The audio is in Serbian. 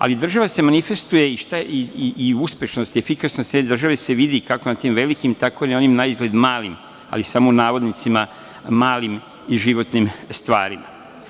Ali, država se manifestuje i uspešnost i efikasnost jedne države se vidi kako na tim velikim, tako i na onim na izgled malim, ali samo u navodnicima malim i životnim stvarima.